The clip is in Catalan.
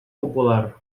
popular